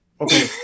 Okay